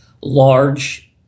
large